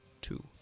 two